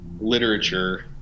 literature